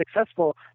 successful